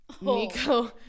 Nico